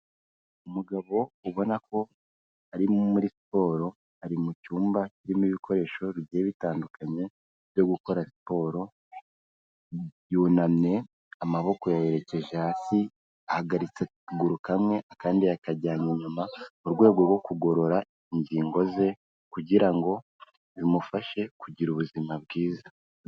Umugabo ubona ko ari nko muri siporo, ari mu cyumba kirimo ibikoresho bigiye bitandukanye byo gukora siporo. Yunamye, amaboko yayerekeje hasi, ahagaritse akuguru kamwe akandi yakajyanye inyuma, mu rwego rwo kugorora ingingo ze, kugira ngo bimufashe kugira ubuzima bwiza.